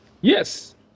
Yes